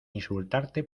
insultarte